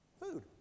Food